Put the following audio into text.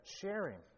sharing